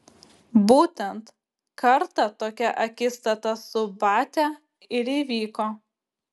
būtent kartą tokia akistata su batia ir įvyko